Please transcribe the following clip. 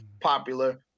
popular